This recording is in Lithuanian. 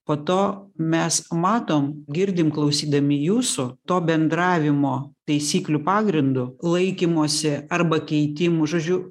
po to mes matom girdim klausydami jūsų to bendravimo taisyklių pagrindu laikymosi arba keitimų žodžiu